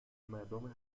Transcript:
مردم